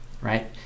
right